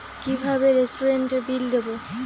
কিভাবে রেস্টুরেন্টের বিল দেবো?